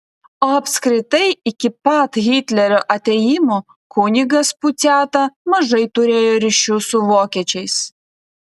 o apskritai iki pat hitlerio atėjimo kunigas puciata mažai turėjo ryšių su vokiečiais